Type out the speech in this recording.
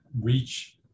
reach